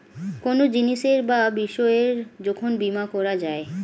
কোনো জিনিসের বা বিষয়ের যখন বীমা করা যায়